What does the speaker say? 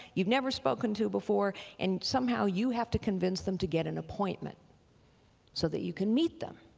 you've never spoken to before and somehow you have to convince them to get an appointment so that you can meet them.